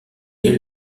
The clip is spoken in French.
est